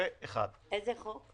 איזה חוק?